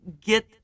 get